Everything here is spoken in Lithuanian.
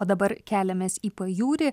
o dabar keliamės į pajūrį